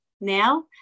now